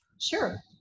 Sure